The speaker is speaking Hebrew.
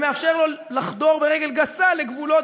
ומאפשר לו לחדור ברגל גסה לגבולות